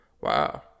Wow